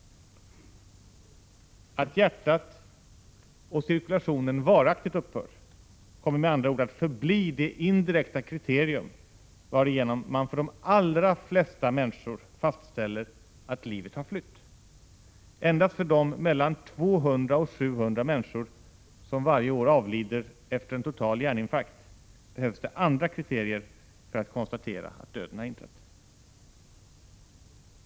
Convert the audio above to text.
Att hjärtat stannar och cirkulationen varaktigt upphör kommer med andra ord att förbli det indirekta kriterium varigenom man för de allra flesta människor fastställer att livet har flytt. Endast för de mellan 200 och 700 människor som varje år avlider efter en total hjärninfarkt behövs det andra kriterier för att konstatera att döden har inträtt.